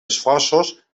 esforços